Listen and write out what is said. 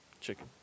chicken